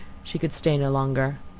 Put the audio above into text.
she could stay no longer.